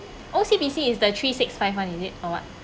O_C_B_C is the three six five [one] is it or what